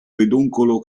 peduncolo